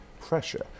pressure